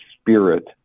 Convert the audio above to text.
spirit